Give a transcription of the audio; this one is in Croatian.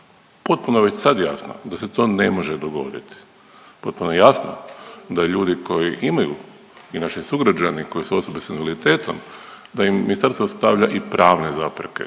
Potpuno je već sad jasno da se to ne može dogodit. Potpuno je jasno da ljudi koji imaju i naši sugrađani koji su osobe s invaliditetom, da im ministarstvo ostavlja i pravne zapreke,